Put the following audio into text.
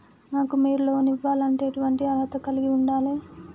నాకు మీరు లోన్ ఇవ్వాలంటే ఎటువంటి అర్హత కలిగి వుండాలే?